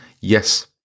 yes